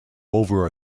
over